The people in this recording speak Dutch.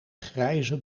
grijze